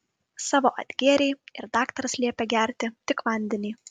savo atgėrei ir daktaras liepė gerti tik vandenį